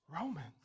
Romans